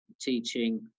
teaching